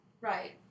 Right